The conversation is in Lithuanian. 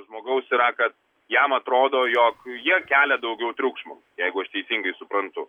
žmogaus yra kad jam atrodo jog jie kelia daugiau triukšmo jeigu aš teisingai suprantu